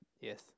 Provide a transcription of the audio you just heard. Yes